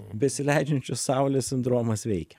besileidžiančios saulės sindromas veikia